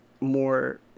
more